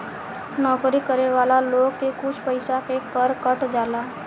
नौकरी करे वाला लोग के कुछ पइसा के कर कट जाला